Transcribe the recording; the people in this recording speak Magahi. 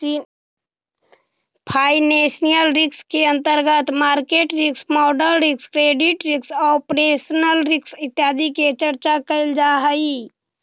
फाइनेंशियल रिस्क के अंतर्गत market risk, model risk, credit risk, operational risk इत्यादि के चर्चा कैल जा हई